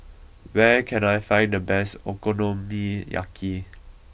where can I find the best Okonomiyaki